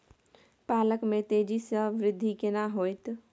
पालक में तेजी स वृद्धि केना होयत?